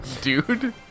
Dude